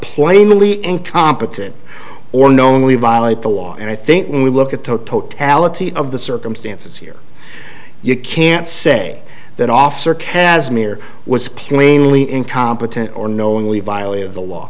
plainly incompetent or knowingly violate the law and i think when we look at the totality of the circumstances here you can't say that officer kaz mere was plainly incompetent or knowingly violated the law